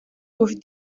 durch